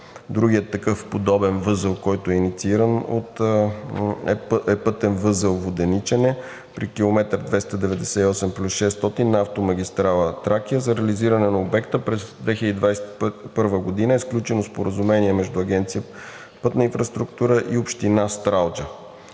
Другият такъв подобен възел, който е иницииран, е пътен възел Воденичане при км 298+600 на автомагистрала „Тракия“. За реализиране на обекта през 2021 г. е сключено споразумение между Агенция „Пътна инфраструктура“ и Община Стралджа,